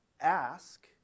ask